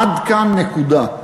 עד כאן, נקודה.